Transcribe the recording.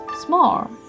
small